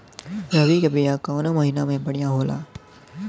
रबी के बिया कवना महीना मे बढ़ियां होला?